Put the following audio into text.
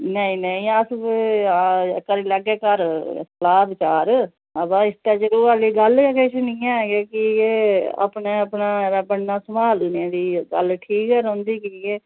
नेईं नेईं अस करी लैह्गे घर सलाह् विचार अबो इसदे च रौहै आह्ली गल्ल गै किश नेईं ऐ की के अपना अपना बन्ना संभालने दी गल्ल ठीक गै रौंह्दी की के